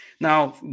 Now